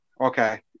okay